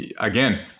again